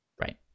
Right